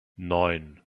neun